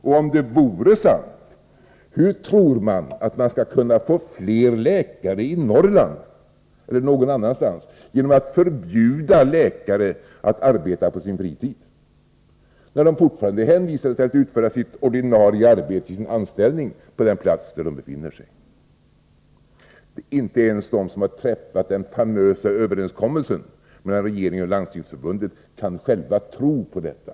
Och om det vore sant, hur tror man att det skall gå att få fler läkare till Norrland eller någon annanstans genom att förbjuda läkare att arbeta på sin fritid — när de fortfarande är hänvisade till att utföra sitt ordinarie arbete i sin anställning på den plats där de befinner sig? Inte ens de som träffat den famösa överenskommelsen mellan regeringen och Landstingsförbundet kan själva tro på detta.